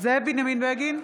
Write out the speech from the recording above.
זאב בנימין בגין,